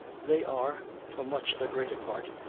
they are, for much the greater part,